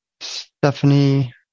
Stephanie